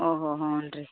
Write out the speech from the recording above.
ಓಹೋ ಹ್ಞೂಂ ರೀ